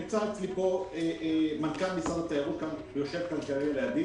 נמצא כאן מנכ"ל משרד התיירות שיושב לידי.